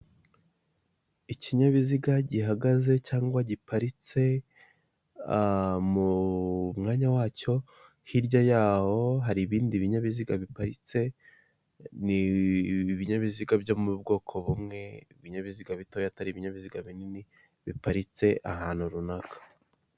Ikinyabiziga gihagaze cyangwa giparitse mu mwanya wacyo hirya yaho hari ibindi binyabiziga biparitse, ni ibininyabiziga byo mu bwoko bumwe ibinyabiziga bitoya atari ibinyabiziga binini biparitse ahantu runaka.